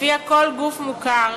שלפיה כל גוף מוכר,